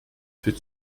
für